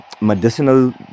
medicinal